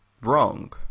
Wrong